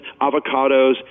avocados